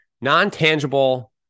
Non-tangible